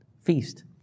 feast